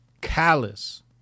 Callous